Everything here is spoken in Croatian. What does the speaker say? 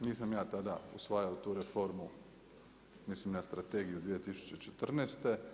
Nisam ja tada usvajao tu reformu, mislim na Strategiju 2014.